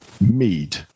mead